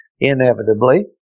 Inevitably